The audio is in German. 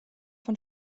von